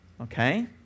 Okay